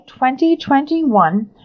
2021